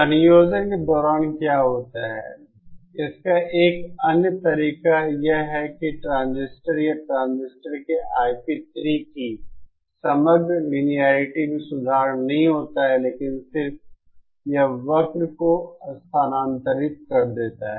संयोजन के दौरान क्या होता है इसका एक अन्य तरीका यह है कि ट्रांजिस्टर या ट्रांजिस्टर के Ip3 की समग्र लिनियेरिटी में सुधार नहीं होता है लेकिन सिर्फ यह वक्र को स्थानांतरित कर देता है